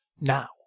Now